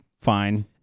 fine